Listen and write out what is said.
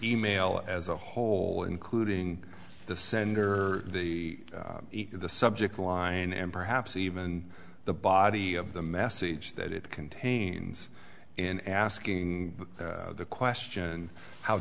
mail as a whole including the sender the the subject line and perhaps even the body of the message that it contains in asking the question how